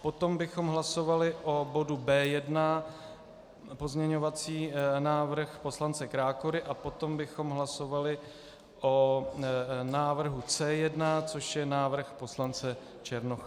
Potom bychom hlasovali o bodu B1, pozměňovací návrh poslance Krákory, a potom bychom hlasovali o návrhu C1, což je návrh poslance Černocha.